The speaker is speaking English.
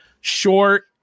short